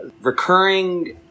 recurring